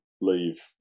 leave